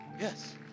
Yes